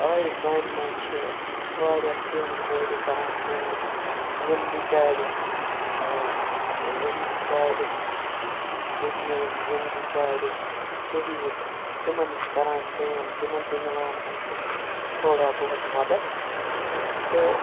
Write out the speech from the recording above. آرِ کامہِ منٛز چھِ واریاہ تِم کورِ کَران کٲم یِم بِچیٛارِ یِم بِچیٛارِ یتیٖم یِم بِچیٛارِ غریٖب تِمَن کَران کٲم تِمَن تہِ مِلان اَمہِ سۭتۍ تھوڑا بہت مَدَد تہٕ